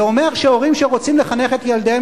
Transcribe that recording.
זה אומר שהורים שרוצים לחנך את ילדיהם